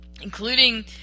including